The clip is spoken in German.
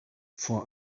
vor